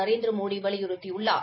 நரேந்திரமோடி வலியுறுத்தியுள்ளார்